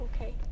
okay